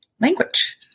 language